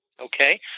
okay